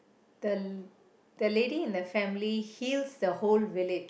the the lady in the family heals the whole village